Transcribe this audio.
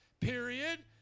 period